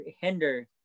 hinder